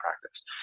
practice